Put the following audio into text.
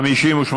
נתקבלה.